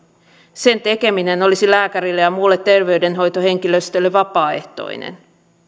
sen tekeminen olisi lääkärille ja muulle terveydenhoitohenkilöstölle vapaaehtoinen